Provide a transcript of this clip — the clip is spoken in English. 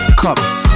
cups